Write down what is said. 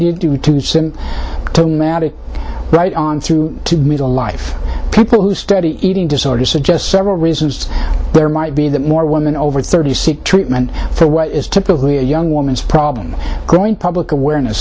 you do to slim to magic right on through to middle life people who study eating disorders suggest several reasons there might be that more women over thirty seek treatment for what is typically a young woman's problem growing public awareness